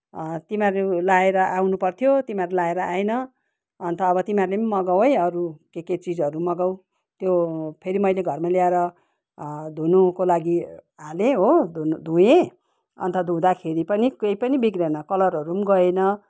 तिमीहरू लाएर आउनुपर्थ्यो तिमीहरू लाएर आएन अन्त अब तिमीहरूले पनि मगाऊ है अरू के के चिजहरू मगाऊ त्यो फेरि मैले घरमा ल्याएर धुनुको लागि हालेँ हो धुनु धोएँ अन्त धुँदाखेरि पनि केही पनि बिग्रेन कलरहरू पनि गएन